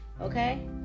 Okay